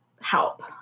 help